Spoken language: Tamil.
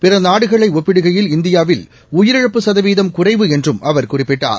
பிற நாடுகளை ஒப்பிடுகையில் இந்தியாவில் உயிரிழப்பு சதவீதம் குறைவு என்றும் அவர் குறிப்பிட்டார்